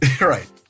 Right